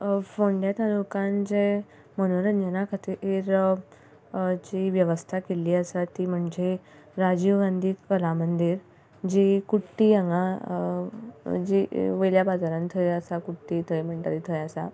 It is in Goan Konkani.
फोंड्या तालुक्यान जे मनोरंजना खातीर जी वेवस्था केल्ली आसा ती म्हणजे राजीव गांधी कला मंदीर जी कुर्टी हांगां जी वेल्या बाजारान थंय आसा कुर्टी म्हणटा ते थंय आसा